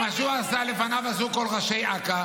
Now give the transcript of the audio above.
הרי מה שהוא עשה, לפניו עשו כל ראשי אכ"א